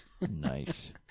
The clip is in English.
Nice